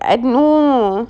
I know